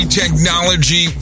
technology